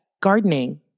gardening